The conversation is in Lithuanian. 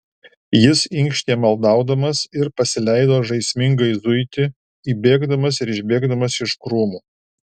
jis inkštė maldaudamas ir pasileido žaismingai zuiti įbėgdamas ir išbėgdamas iš krūmų